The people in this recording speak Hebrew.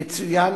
יצוין